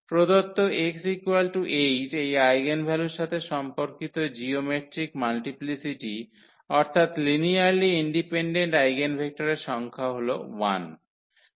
প্রদত্ত λ8 এই আইগেনভ্যালুর সাথে সম্পর্কিত জিওমেট্রিক মাল্টিপ্লিসিটি অর্থাৎ লিনিয়ারলি ইন্ডিপেনডেন্ট আইগেনভেক্টরের সংখ্যা হল 1